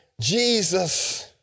Jesus